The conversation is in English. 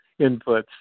inputs